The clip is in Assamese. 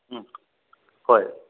হয়